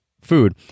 food